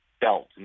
belt